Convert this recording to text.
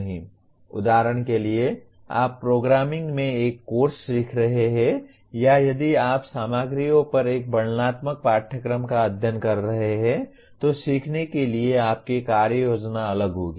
उदाहरण के लिए यदि आप प्रोग्रामिंग में एक कोर्स सीख रहे हैं या यदि आप सामग्रियों पर एक वर्णनात्मक पाठ्यक्रम का अध्ययन कर रहे हैं तो सीखने के लिए आपकी कार्य योजना अलग होगी